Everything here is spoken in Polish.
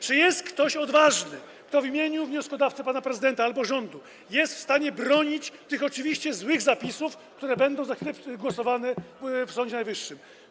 Czy jest ktoś odważny, kto w imieniu wnioskodawcy, pana prezydenta, albo rządu jest w stanie bronić tych oczywiście złych zapisów, które będą za chwilę poddane pod głosowanie, o Sądzie Najwyższym?